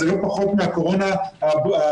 זה לא פחות מהקורונה הבריאותית,